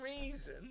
reason –